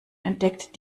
entdeckt